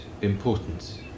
importance